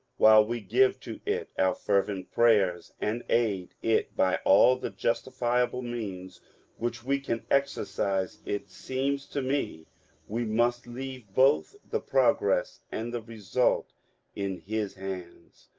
while we give to it our fervent prayers and aid it by all the justifiable means which we can exercise, it seems to me we must leave both the progress and the result in his hands,